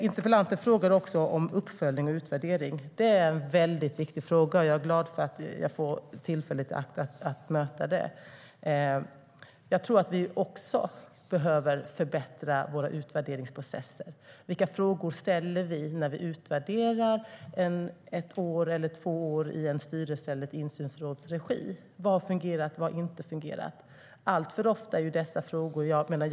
Interpellanten frågar också om uppföljning och utvärdering. Det är en mycket viktig fråga, och jag är glad att jag får tillfälle att svara på det. Jag tror att vi behöver förbättra våra utvärderingsprocesser. Vilka frågor ställer vi när vi efter ett år eller två år utvärderar en styrelse eller ett insynsråd? Vad har fungerat och vad har inte fungerat?